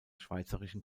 schweizerischen